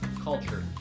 culture